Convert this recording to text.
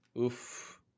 Oof